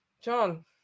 John